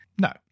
No